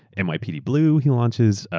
and nypd blue he launches.